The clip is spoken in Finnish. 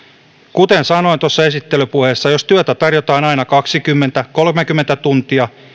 kuten sanoin tuossa esittelypuheessa jos työtä tarjotaan aina kaksikymmentä viiva kolmekymmentä tuntia